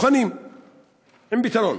שאיננה מדליפה,